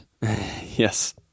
Yes